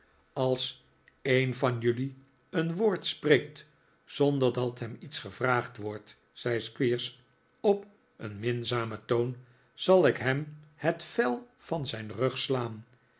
als een van jullie een woord spreekt zonder dat hem iets gevraagd wordt zei squeers op een minzamen toon zal ik hem het vel van zijn rug slaan